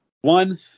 one